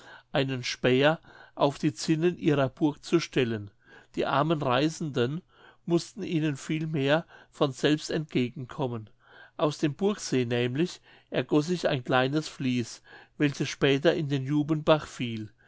einen späher auf die zinnen ihrer burg zu stellen die armen reisenden mußten ihnen vielmehr von selbst entgegenkommen aus dem burgsee nämlich ergoß sich ein kleines fließ welches später in den jubenbach fiel